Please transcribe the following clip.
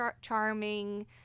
charming